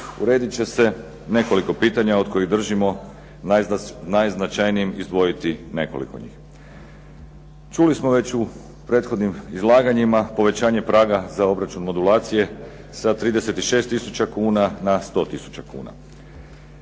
uredit će se nekoliko pitanja od kojih držimo najznačajnijim izdvojiti nekoliko njih. Čuli smo već u prethodnim izlaganjima povećanje praga za obračun modulacije sa 36 tisuća kuna na 100 tisuća kuna.